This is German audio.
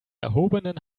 erhobenen